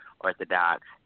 orthodox